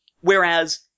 Whereas